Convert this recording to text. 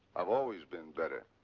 i've always been better.